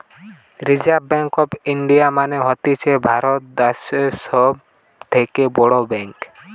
reserve bank of India মানে হতিছে ভারত দ্যাশের সব থেকে বড় ব্যাঙ্ক